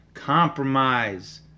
compromise